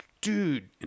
dude